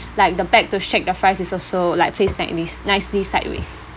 like the bag to shake the fries is also like place nicely nicely sideways